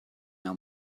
mehr